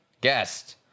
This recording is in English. guest